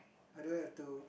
I don't have to